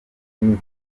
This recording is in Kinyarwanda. myitozo